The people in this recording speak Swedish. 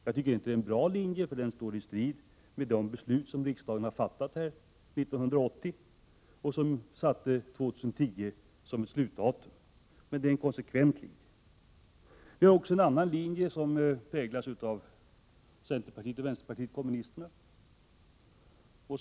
Jag tycker inte att detta är någon bra linje, för den står i strid med de beslut riksdagen fattade 1980 och som satte år 2010 som slutdatum, men det är en konsekvent linje. Här finns också en annan linje som representeras av centerpartiet och vänsterpartiet kommunisterna.